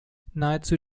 nahezu